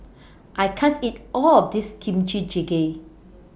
I can't eat All of This Kimchi Jjigae